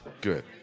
Good